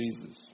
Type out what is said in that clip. Jesus